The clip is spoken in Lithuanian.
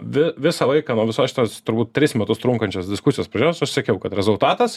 vi visą laiką nuo visos šitos turbūt tris metus trunkančios diskusijos pradžios aš sakiau kad rezultatas